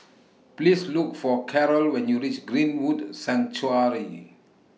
Please Look For Karol when YOU REACH Greenwood Sanctuary